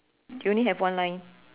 you only have one line